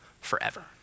forever